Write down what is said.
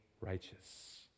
righteous